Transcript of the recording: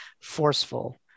forceful